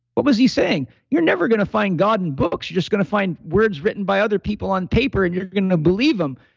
what was he saying? you're never going to find god in books. you just going to find words written by other people on paper and you're going to believe him.